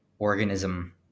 organism